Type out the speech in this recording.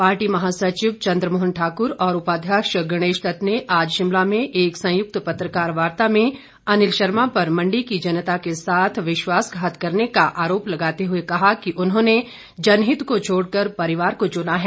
party महासचिव चंद्रमोहन ठाकुर और उपाध्यक्ष गणेश दत्त ने आज शिमला में एक संयुक्त पत्रकार वार्ता में अनिल शर्मा पर मंडी की जनता के साथ विश्वासघात करने का आरोप लगाते हुए कहा कि उन्होंने जनहित को छोड़कर परिवार को चुना है